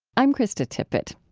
i'm krista tippett.